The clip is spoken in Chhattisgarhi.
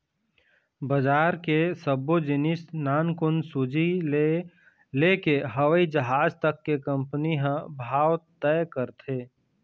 बजार के सब्बो जिनिस नानकुन सूजी ले लेके हवई जहाज तक के कंपनी ह भाव तय करथे